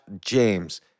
James